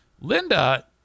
Linda